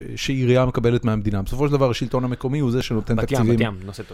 שעירייה מקבלת מהמדינה. בסופו של דבר השלטון המקומי הוא זה שנותן תקציבים.